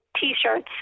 T-shirts